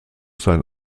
sein